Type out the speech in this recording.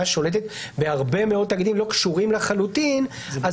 שולטת בהרבה מאוד תאגידים לא קשורים לחלוטין אז